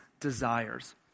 Desires